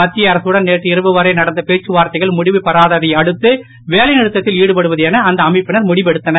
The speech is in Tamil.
மத்திய அரகடன் நேற்று இரவு வரை நடந்த பேச்சுவார்தைகள் முடிவு பெறாததையடுத்து வேலைநிறுத்தத்தில் ஈடுபடுவது என அந்த அமைப்பினர் முடிவெடுத்தனர்